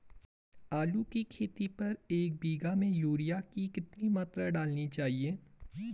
आलू की खेती पर एक बीघा में यूरिया की कितनी मात्रा डालनी चाहिए?